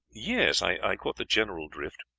yes i caught the general drift.